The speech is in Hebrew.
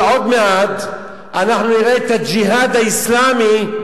ועוד מעט אנחנו נראה את "הג'יהאד האסלאמי"